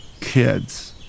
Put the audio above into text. kids